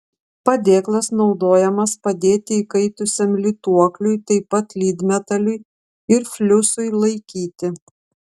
padėklas naudojamas padėti įkaitusiam lituokliui taip pat lydmetaliui ir fliusui laikyti